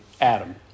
Adam